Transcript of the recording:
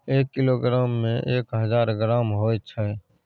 एक किलोग्राम में एक हजार ग्राम होय छै